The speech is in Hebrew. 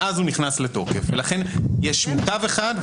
לכן יש מוטב אחד,